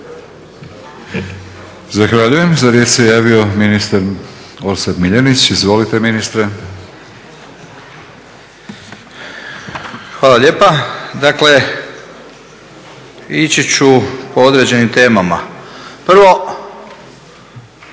Zahvaljujem. Za riječ se javio ministar Orsat Miljenić. Izvolite ministre. **Miljenić, Orsat** Hvala lijepa. Dakle, ići ću po određenim temama. Prvo